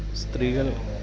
സ്ത്രീകള്